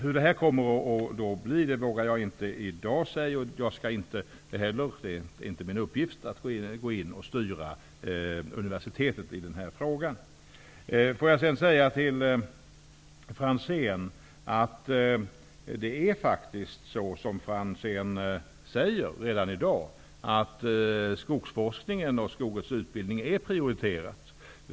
Hur det här kommer att bli vågar jag i dag inte säga, och det är inte heller min uppgift att gå in och styra universitetet i den här frågan. Sedan vill jag vända mig till Jan-Olof Franzén. Skogsforskningen och den skogliga utbildningen är faktiskt prioriterade redan i dag.